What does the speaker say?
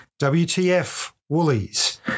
WTFWoolies